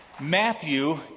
Matthew